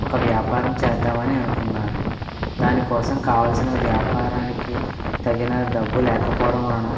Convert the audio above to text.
ఒక వ్యాపారం చేద్దామని అనుకున్నారు దానికోసం కావాల్సిన వ్యాపారానికి తగిన డబ్బు లేకపోవడం వలన